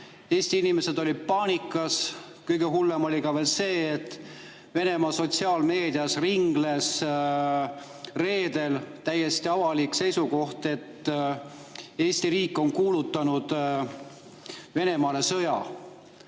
Eesti inimesed olid paanikas. Kõige hullem oli veel see, et Venemaa sotsiaalmeedias ringles reedel täiesti avalik seisukoht, et Eesti riik on kuulutanud Venemaale sõja.